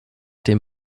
dem